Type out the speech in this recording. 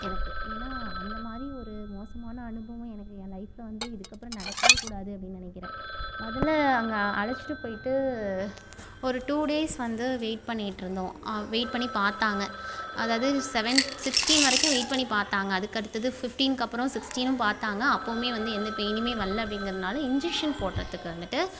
எனக்கு ஏன்னா அந்த மாதிரி ஒரு மோசமான அனுபவம் எனக்கு ஏன் லைஃப்பில் வந்து இதுக்கு அப்புறம் நடக்கவே கூடாது அப்படினு நினைக்கிறேன் முதல்ல அங்கே அழைச்சிட்டு போயிவிட்டு ஒரு டூ டேஸ் வந்து வெயிட் பண்ணிக்கிட்டு இருந்தோம் வெயிட் பண்ணி பார்த்தாங்க அதாவது செவன் சிக்ஸ்டீன் வரைக்கும் வெயிட் பண்ணி பார்த்தாங்க அதற்கடுத்தது ஃபிஃப்டீன்னுக்கு அப்புறம் சிக்ஸ்டீனும் பார்த்தாங்க அப்போவுமே வந்து எந்த பெயினுமே வரல அப்படிங்கிறனால இன்ஜெக்ஷன் போடுறதுக்கு வந்துவிட்டு